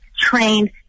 trained